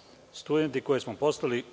godine. Studentima smo poslali